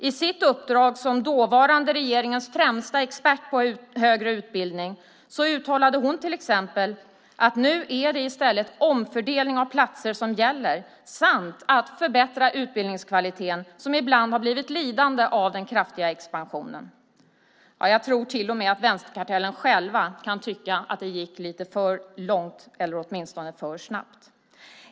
I sitt uppdrag som dåvarande regeringens främsta expert på högre utbildning uttalade hon till exempel att det nu i stället är omfördelning av platser som gäller samt att förbättra utbildningskvaliteten, som ibland har blivit lidande av den kraftiga expansionen. Ja, jag tror till och med att de i vänsterkartellen själva kan tycka att det gick lite för långt eller åtminstone för snabbt.